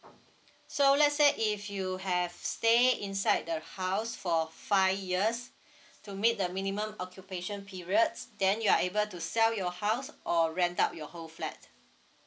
so let's say if you have stay inside the house for five years to meet the minimum occupation periods then you are able to sell your house or rent up your whole flat